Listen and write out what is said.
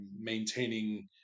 maintaining